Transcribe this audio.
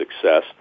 success